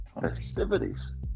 festivities